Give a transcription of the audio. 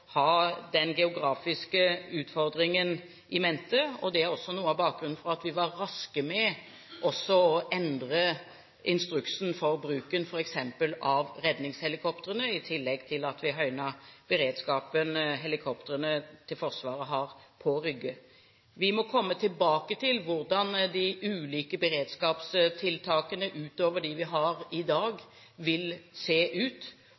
ha den geografiske utfordringen in mente. Det er også noe av bakgrunnen for at vi var raske med å endre instruksen for bruken f.eks. av redningshelikoptrene, i tillegg til at vi høynet beredskapen som Forsvarets helikoptre har på Rygge. Vi må komme tilbake til hvordan de ulike beredskapstiltakene – utover dem vi har i dag – vil se ut,